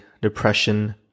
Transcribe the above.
depression